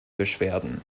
beschwerden